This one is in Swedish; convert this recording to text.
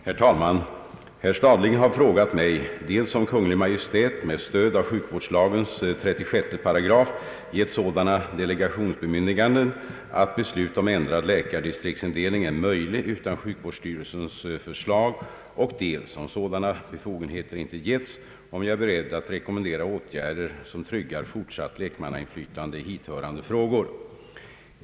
Herr talman! Herr Stadling har frågat mig dels om Kungl. Maj:t med stöd av sjukvårdslagens 36 8 gett sådana delegationsbemyndiganden att beslut om ändrad läkardistriktsindelning är möjlig utan sjukvårdsstyrelses förslag och dels — om sådana befogenheter inte getts — om jag är beredd att rekommendera åtgärder som tryggar fortsatt lekmannainflytande i hithörande frågor.